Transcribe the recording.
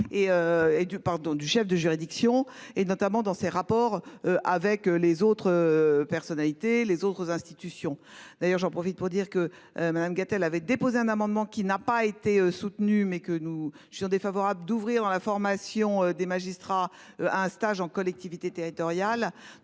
du chef de juridiction et notamment dans ses rapports avec les autres. Personnalités les autres institutions. D'ailleurs j'en profite pour dire que Madame Gatel avait déposé un amendement qui n'a pas été soutenue mais que nous je suis défavorable d'ouvrir dans la formation des magistrats un stage en collectivité territoriale.